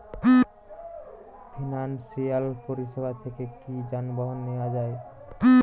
Financial পরিসেবা থেকে কি যানবাহন নেওয়া যায়?